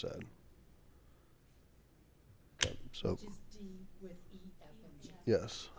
said so yes